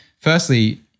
firstly